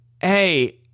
Hey